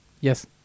Yes